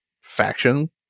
faction